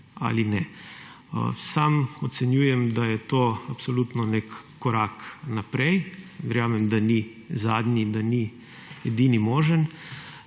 ali ne. Sam ocenjujem, da je to absolutno nek korak naprej, verjamem, da ni zadnji in da ni edini možen,